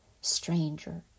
stranger